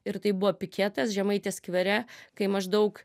ir taip buvo piketas žemaitės skvere kai maždaug